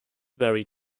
very